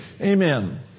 Amen